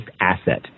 asset